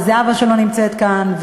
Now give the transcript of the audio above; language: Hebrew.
וזהבה שלא נמצאת כאן,